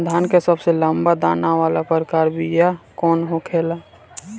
धान के सबसे लंबा दाना वाला प्रकार के बीया कौन होखेला?